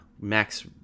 Max